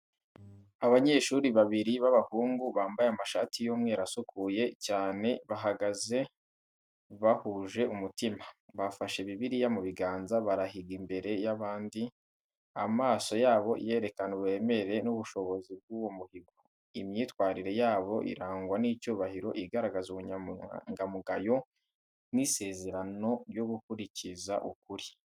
Abanyeshuri babiri b’abahungu bambaye amashati y’umweru asukuye cyane bahagaze bahuje umutima. Bafashe Bibiliya mu biganza, barahiga imbere y’abandi, amaso yabo yerekana uburemere n’ubushishozi bw'uwo muhigo. Imyitwarire yabo irangwa n’icyubahiro, igaragaza ubunyangamugayo n’isezerano ryo gukurikiza ukuri.